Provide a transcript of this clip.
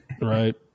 Right